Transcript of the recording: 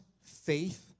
faith